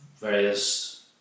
various